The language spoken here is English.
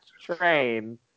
train